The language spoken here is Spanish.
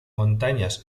montañas